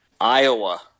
Iowa